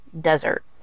desert